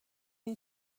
این